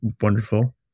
wonderful